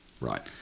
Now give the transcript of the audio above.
Right